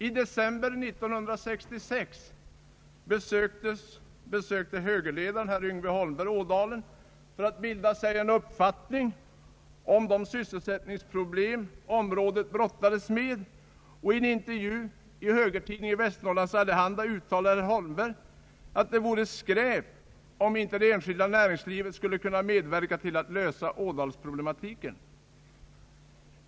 I december 1966 besökte högerledaren herr Yngve Holmberg Ådalen för att bilda sig en uppfattning om de sysselsättningsproblem området brottades med. I en intervju i högertidningen Västernorrlands Allehanda uttalade herr Holmberg att »det vore skräp om inte det enskilda näringslivet skulle kunna medverka till att lösa Ådalsproblematiken».